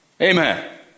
Amen